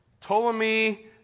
Ptolemy